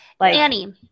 Annie